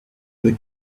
the